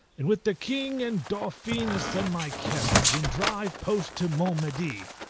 and with the king and dauphin ascend my carriage, and drive post to mont-medi,